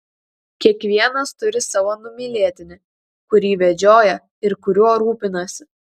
kiekvienas turi savo numylėtinį kurį vedžioja ir kuriuo rūpinasi